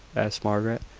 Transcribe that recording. asked margaret.